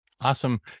Awesome